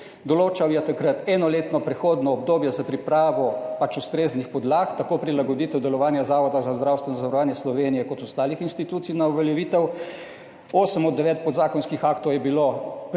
Določal je takrat enoletno prehodno obdobje za pripravo pač ustreznih podlag tako prilagoditev delovanja Zavoda za zdravstveno zavarovanje Slovenije kot ostalih institucij na uveljavitev. Osem od devet podzakonskih aktov je bilo pred